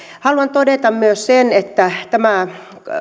haluan todeta myös sen että tämä